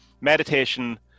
meditation